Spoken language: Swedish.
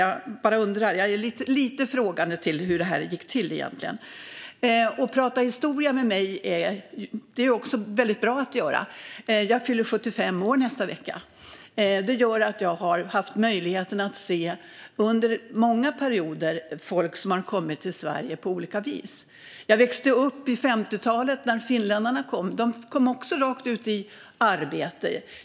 Jag ställer mig lite frågande till hur det här egentligen gick till. Att prata historia med mig är väldigt bra att göra. Jag fyller 75 år nästa vecka. Jag har under många perioder haft möjlighet att se folk som har kommit till Sverige på olika vis. Jag växte upp under 50-talet när finländarna kom. De kom rakt ut i arbete.